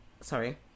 Sorry